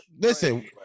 listen